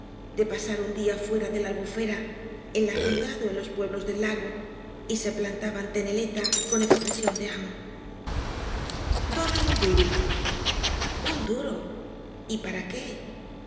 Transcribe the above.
de pasar un día fuera de la albufera en la ciudad ó en los pueblos del lago y se plantaba ante neleta con expresión de amo v blasco ibáñttz dónam un duro va dure y para qué